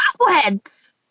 Appleheads